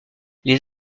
les